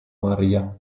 maria